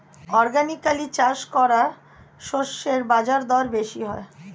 organically চাষ করা শস্যের বাজারদর বেশি হয়